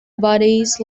bodies